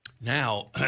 Now